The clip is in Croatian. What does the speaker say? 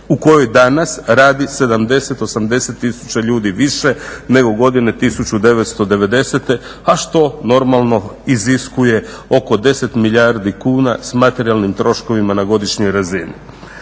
u kojoj danas radi 70, 80 tisuća više nego godine 1990., a što normalno iziskuje oko 10 milijardi kuna s materijalnim troškovima na godišnjoj razini.